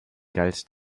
galt